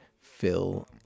Phil